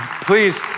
please